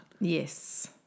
Yes